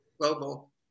global